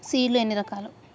Seed లు ఎన్ని రకాలు?